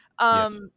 Yes